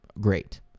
great